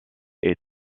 est